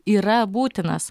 yra būtinas